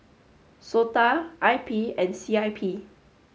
SOTA I P and C I P